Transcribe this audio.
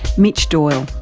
mitch doyle.